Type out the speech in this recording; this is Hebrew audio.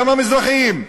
גם המזרחים,